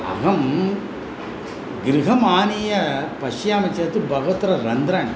अहं गृहमानीय पश्यामि चेत् बहुत्र रन्द्राणि